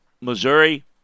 Missouri –